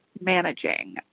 managing